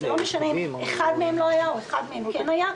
ולא משנה אם אחת מהן לא הייתה או אחת מהן כן הייתה.